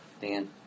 Dan